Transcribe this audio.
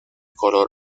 color